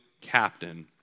captain